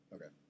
Okay